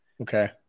Okay